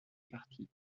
partie